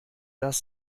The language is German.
das